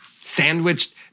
sandwiched